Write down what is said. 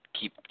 keep